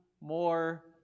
more